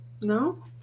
No